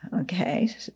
Okay